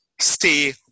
stay